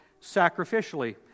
sacrificially